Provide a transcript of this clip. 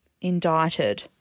Indicted